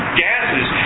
gases